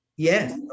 Yes